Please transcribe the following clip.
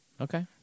Okay